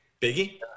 Biggie